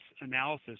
analysis